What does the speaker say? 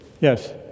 Yes